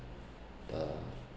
the